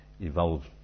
evolved